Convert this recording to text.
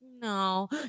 No